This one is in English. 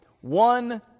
one